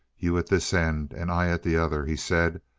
you at this end and i at the other, he said.